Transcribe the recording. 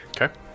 okay